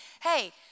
hey